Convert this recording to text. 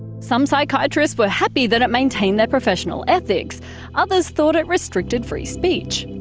some psychiatrists were happy that it maintained their professional ethics others thought it restricted free speech.